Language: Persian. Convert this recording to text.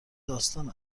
داستان